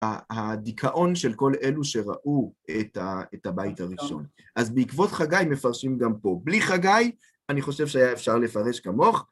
הדיכאון של כל אלו שראו את הבית הראשון. אז בעקבות חגי מפרשים גם פה. בלי חגי, אני חושב שהיה אפשר לפרש כמוך.